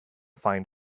find